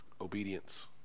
Obedience